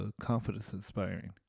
confidence-inspiring